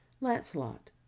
Lancelot